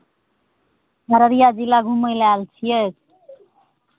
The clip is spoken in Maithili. अररिया जिला घुमय लेल आयल छियै